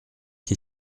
qui